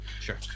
Sure